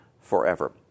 forever